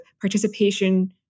participation